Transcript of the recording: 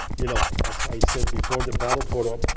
you know as i said before, the prado, for